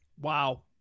Wow